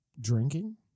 drinking